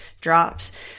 drops